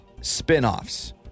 spinoffs